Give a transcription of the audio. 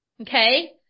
Okay